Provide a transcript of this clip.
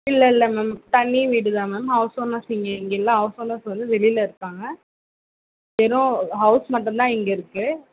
இல்லை இல்லை மேம் தனி வீடு தான் மேம் ஹவுஸ் ஓனர்ஸ் இங்கே இங்கே இல்லை ஹவுஸ் ஓனர்ஸ் வந்து வெளியில இருக்காங்க வெறும் ஹவுஸ் மட்டும் தான் இங்கே இருக்கு